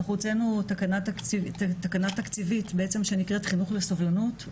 הוצאנו תקנה תקציבית שנקראת חינוך לסובלנות,